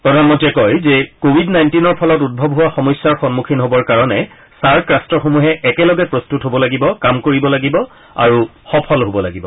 প্ৰধানমন্ত্ৰীয়ে কয় যে কোৱিড নাইণ্টিনৰ ফলত উদ্ভৱ হোৱা সমস্যাৰ সন্মুখীন হ'বৰ কাৰণে ছাৰ্ক ৰাট্টসমূহে একেলগে প্ৰস্তুত হ'ব লাগিব কাম কৰিব লাগিব আৰু সফল হ'ব লাগিব